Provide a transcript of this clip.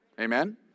Amen